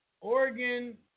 Oregon